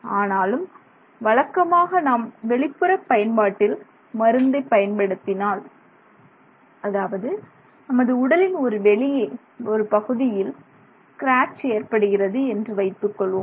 ஆனாலும் வழக்கமாக நாம் வெளிப்புற பயன்பாட்டில் மருந்தை பயன்படுத்தினால் அதாவது நமது உடலின் ஒரு வெளியே ஒரு பகுதியில் ஸ்கிராட்ச் ஏற்படுகிறது என்று வைத்துக்கொள்வோம்